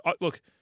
look